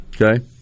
Okay